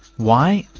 why?